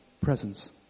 presence